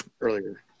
earlier